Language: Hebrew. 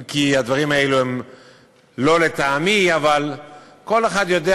אם כי הדברים האלו הם לא לטעמי, אבל כל אחד יודע,